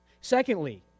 Secondly